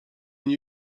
nie